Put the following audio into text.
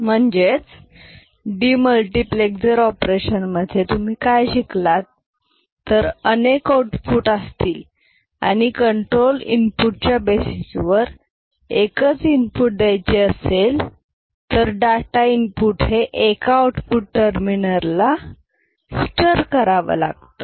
म्हणजेच demultiplexer operation मध्ये तुम्ही काय शिकलात तर अनेक आऊटपुट असतील आणि कंट्रोल इनपुटच्या बेसिस वर एकच इनपुट द्यायचे असेल तर डाटा इनपुट हे एका आउटपुट टर्मिनलला स्टर करावं लागतं